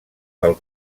del